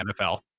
NFL